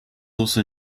also